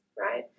right